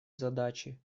задачи